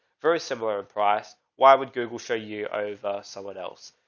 very similar in price. why would google show you over someone else?